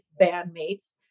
bandmates